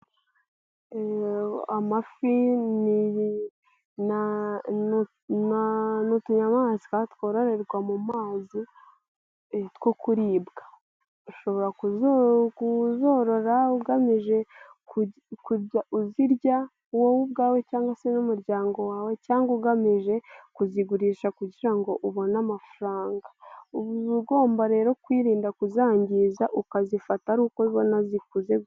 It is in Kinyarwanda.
Amafi ni utunyamaswa twororerwa mu mazi two kuribwa. Ushobora kuzorora ugamije kujya uzirya wowe ubwawe cyangwa se n'umuryango wawe cyangwa ugamije kuzigurisha kugira ngo ubone amafaranga. Ubu ugomba rero kwirinda kuzangiza ukazifata ari uko ubona zikuze.